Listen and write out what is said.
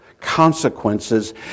consequences